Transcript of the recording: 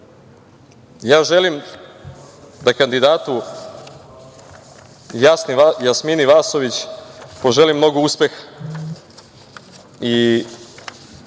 kraj želim da kandidatu Jasmini Vasović poželim mnogo uspeha i